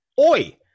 Oi